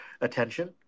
attention